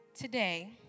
today